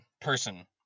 person